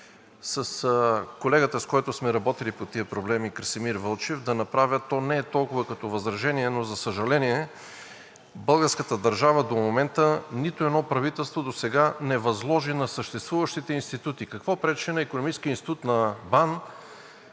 С колегата, с който сме работили по тези проблеми – Красимир Вълчев, да направя, то не е толкова като възражение, но за съжаление, българската държава до момента, нито едно правителство досега не възложи на съществуващите институти. Какво пречеше на Икономическия институт на БАН,